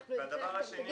בסדר.